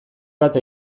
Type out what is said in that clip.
bat